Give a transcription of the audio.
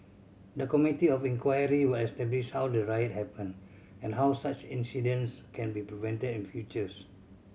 the Committee of Inquiry will establish how the riot happened and how such incidents can be prevented in futures